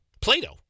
Plato